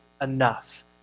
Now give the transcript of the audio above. enough